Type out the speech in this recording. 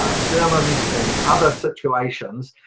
ah sermons in other situation,